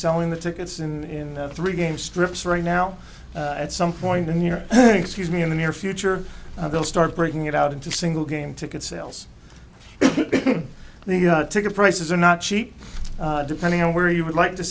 selling the tickets in three games strips right now at some point in your excuse me in the near future they'll start breaking it out into single game ticket sales the ticket prices are not cheap depending on where you would like to